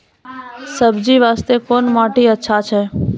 सब्जी बास्ते कोन माटी अचछा छै?